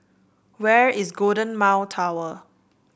where is Golden Mile Tower